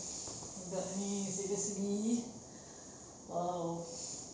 budak ni segan silu !wow!